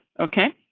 okay,